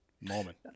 moment